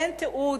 אין תיעוד,